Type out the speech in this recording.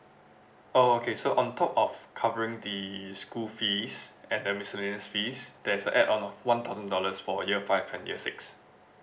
oh okay so on top of covering the school fees and the miscellaneous fees there's a add on of one thousand dollars for year five and year six